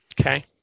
Okay